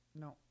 No